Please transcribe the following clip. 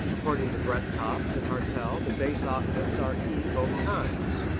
according to breitkopf and hartel the bass octaves are e both times.